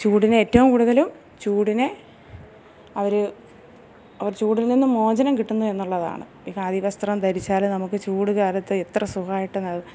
ചൂടിനെ ഏറ്റവും കൂടുതലും ചൂടിനെ അവര് ആ ഒര് ചൂടിൽ നിന്നും മോചനം കിട്ടുന്നു എന്നുള്ളതാണ് ഈ ഖാദി വസ്ത്രം ധരിച്ചാല് നമുക്ക് ചൂട് കാലത്ത് എത്ര സുഖമായിട്ട്